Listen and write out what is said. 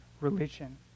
religion